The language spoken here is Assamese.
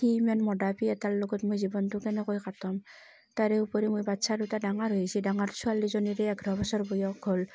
সি ইমান মদপী এটাৰ লগত মই জীৱনটো কেনেকৈ কটাম তাৰে উপৰিও মই বাট্ছা দুটা ডাঙৰ হৈ আহিছে ডাঙৰ ছোৱালীজনীৰে এঘাৰ বছৰ বয়স হ'ল